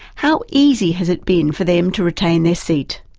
how easy has it been for them to retain their seat?